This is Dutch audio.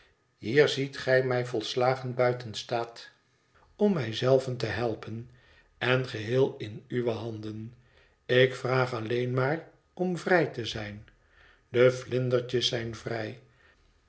hier ziet ge mij volslagen buiten staat om mij zelven te helpen en geheel in uwe handen ik vraag alleen maar om vrij te zijn de vlindertjes zijn vrij